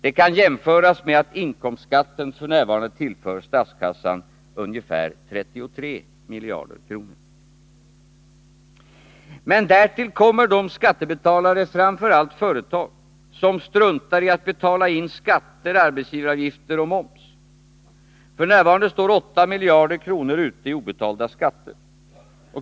Det kan jämföras med att inkomstskatten f. n. tillför statskassan ungefär 33 miljarder kronor. Därtill kommer de skattebetalare, framför allt företag, som struntar i att betala in skatter, arbetsgivaravgifter och moms. F. n. står 8 miljarder kronor ute i obetalda skatter.